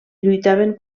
lluitaven